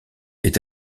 est